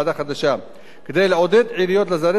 כדי לעודד עיריות לזרז את הליכי הקמת הוועדה